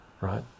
right